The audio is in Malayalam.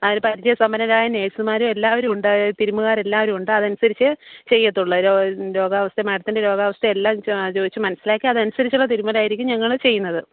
അതില് പരിചയ സമ്പന്നരായ നേഴ്സുമാരും എല്ലാവരും ഉണ്ട് തിരുമ്മുകാര് എല്ലാവരും ഉണ്ട് അതനുസരിച്ച് ചെയ്യത്തുള്ളൂ രോ രോഗാവസ്ഥ മേടത്തിൻ്റെ രോഗാവസ്ഥയെല്ലാം ച ചോദിച്ച് മനസ്സിലാക്കി അതനുസരിച്ചുള്ള തിരുമ്മലായിരിക്കും ഞങ്ങള് ചെയ്യുന്നത്